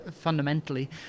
fundamentally